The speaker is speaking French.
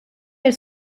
elle